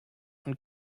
und